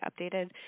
updated